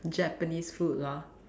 Japanese food lor